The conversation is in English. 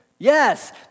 Yes